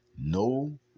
no